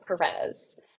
Perez